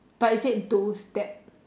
but you said those that